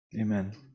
amen